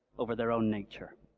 over their own nature.